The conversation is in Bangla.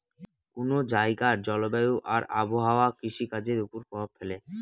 কোন জায়গার জলবায়ু আর আবহাওয়া কৃষিকাজের উপর প্রভাব ফেলে